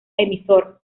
emisor